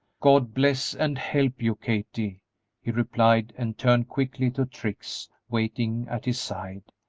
god bless and help you, kathie! he replied, and turned quickly to trix waiting at his side.